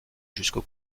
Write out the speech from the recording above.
jusqu’au